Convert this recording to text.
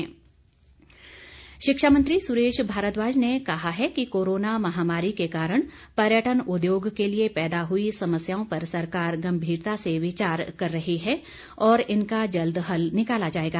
सुरेश भारद्वाज शिक्षामंत्री सुरेश भारद्वाज ने कहा है कि कोरोना महामारी के कारण पर्यटन उद्योग के लिए पैदा हुई समस्याओं पर सरकार गम्भीरता से विचार कर रही है और इनका जल्द हल निकाला जाएगा